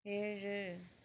ஏழு